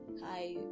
Hi